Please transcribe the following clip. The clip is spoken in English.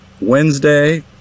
Wednesday